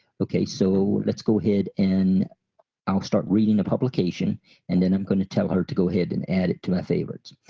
okay so let's go ahead and i'll start reading a publication and then i'm gonna tell her to go ahead and add it to my favorites.